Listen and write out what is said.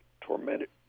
tormented